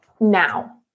now